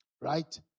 Right